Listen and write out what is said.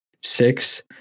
six